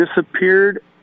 disappeared